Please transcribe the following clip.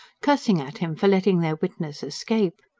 cursing at him for letting their witness escape.